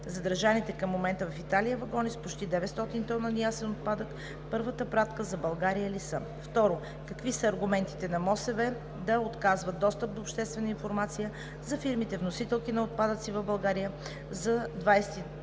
Задържаните към момента в Италия вагони с почти 900 тона неясен отпадък първата пратка за България ли са? 2. Какви са аргументите на МОСВ да отказва достъп до обществена информация за фирмите вносителки на отпадъци в България за 2017